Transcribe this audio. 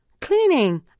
cleaning